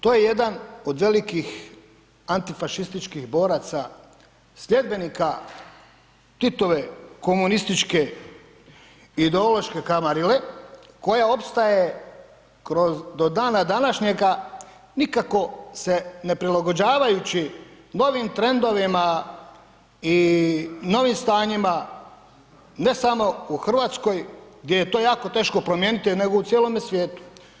To je jedan od velikih antifašističkih boraca sljedbenika Titove komunističke ideološke kamarile koja opstaje do dana današnjega nikako se ne prilagođavajući novim trendovima i novim stanjima ne samo u Hrvatskoj gdje je to jako teško promijeniti nego u cijelome svijetu.